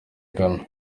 ghana